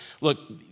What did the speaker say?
look